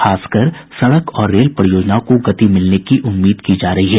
खास कर सड़क और रेल परियोजनाओं को गति मिलने की उम्मीद की जा रही है